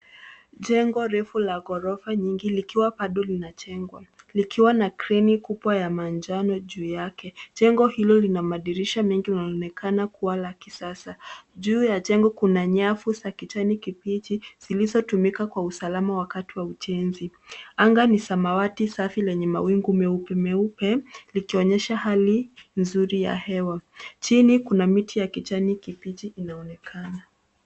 Jengo refu la ghorofa nyingi likiwa bado linajengwa. Likiwa na kreni kubwa la manjano juu yake. Jengo hilo lina madirisha mengi laonekana kuwa la kisasa. Juu ya jengo kuna nyavu za kijani kibichi zilizotumika kwa usalama wakati wa ujenzi. Anga ni samawati safi lenye mawingu meupe meupe likionyesha hali nzuri ya hewa. Chini kuna miti ya kijani kibichi inaonekana.